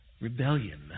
rebellion